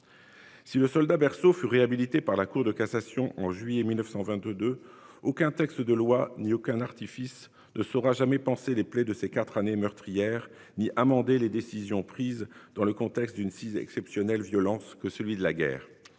Si le soldat berceau fut réhabilité par la Cour de cassation en juillet 1922, aucun texte de loi ni aucun artifice ne sera jamais panser les plaies de ces quatre années meurtrières ni amender les décisions prises dans le contexte d'une six exceptionnelle violence que celui de la guerre,